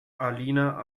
alina